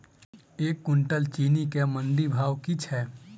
एक कुनटल चीनी केँ मंडी भाउ की छै?